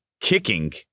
kicking